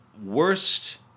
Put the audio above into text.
Worst